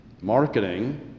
Marketing